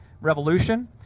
revolution